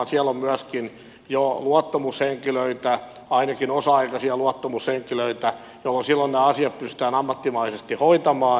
siellä on myöskin jo luottamushenkilöitä ainakin osa aikaisia luottamushenkilöitä jolloin nämä asiat pystytään ammattimaisesti hoitamaan